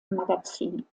magazin